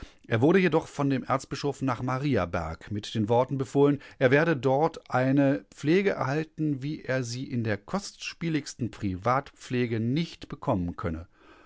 er wurde jedoch von dem erzbischof nach mariaberg mit den worten befohlen er werde dort eine pflege erhalten wie er sie in der kostspieligsten privatpflege nicht bekommen könne